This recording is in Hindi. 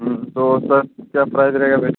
तो सर क्या प्राइस रहेगा फ़िर